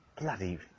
bloody